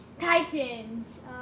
Titans